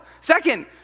Second